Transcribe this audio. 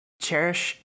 cherish